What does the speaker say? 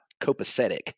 copacetic